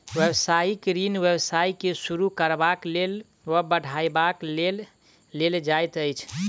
व्यवसायिक ऋण व्यवसाय के शुरू करबाक लेल वा बढ़बय के लेल लेल जाइत अछि